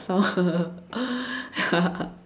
sound ya